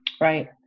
right